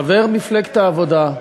חבר מפלגת העבודה,